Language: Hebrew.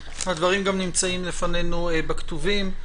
הדברים גם נמצאים לפנינו בכתובים.